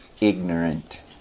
ignorant